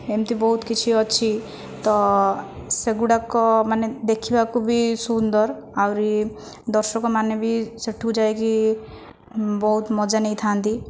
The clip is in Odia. ଏମିତି ବହୁତ କିଛି ଅଛି ତ ସେଗୁଡ଼ାକ ମାନେ ଦେଖିବାକୁ ବି ସୁନ୍ଦର ଆହୁରି ଦର୍ଶକମାନେ ବି ସେଠୁ ଯାଇକି ବହୁତ ମଜା ନେଇଥାନ୍ତି